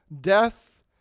death